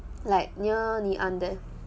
like near ngee ann there